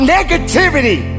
Negativity